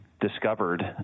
discovered